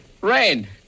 Rain